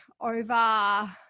over